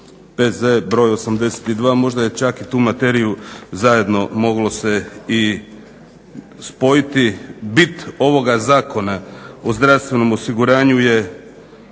P.Z. br. 82. Možda je čak i tu materiju zajedno moglo se i spojiti. Bit ovoga Zakona o zdravstvenom osiguranju je